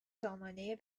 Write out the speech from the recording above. سامانه